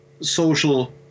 social